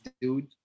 dude